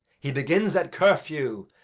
he begins at curfew,